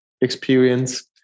experience